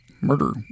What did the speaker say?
murder